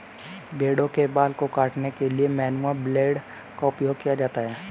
भेड़ों के बाल को काटने के लिए मैनुअल ब्लेड का उपयोग किया जाता है